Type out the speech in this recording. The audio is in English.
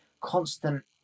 constant